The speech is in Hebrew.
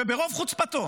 וברוב חוצפתו,